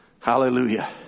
Hallelujah